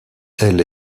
elle